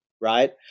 right